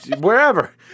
wherever